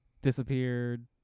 Disappeared